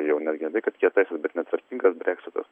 jau netgi ne tai kad kietasis bet netvarkingas breksitas